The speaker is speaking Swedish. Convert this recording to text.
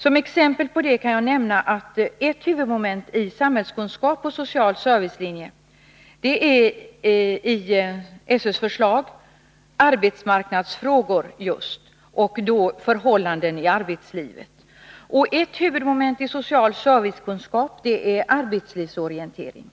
Som exempel på det kan jag nämna att ett huvudmoment i samhällskunskap och social servicelinje i SÖ:s förslag just är arbetsmarknadsfrågorna och förhållandena i arbetslivet. Ett annat huvudmoment i social servicekunskap är arbetslivsorientering.